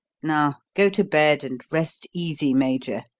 now, go to bed and rest easy, major.